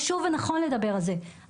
פה אני התגייסתי לקהילה,